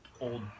old